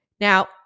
Now